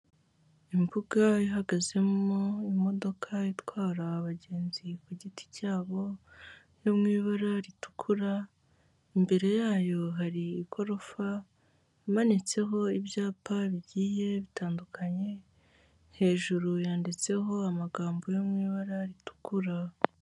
Imbuga ihagazemo imodoka itwara abagenzi ku giti cyabo no mu ibara ritukura, imbere yayo hari igorofa ya imanitseho ibyapa bigiye bitandukanye hejuru yanditseho amagambo yo mu ibara ritukura.